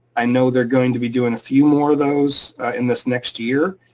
i know they're going to be doing a few more of those in this next year,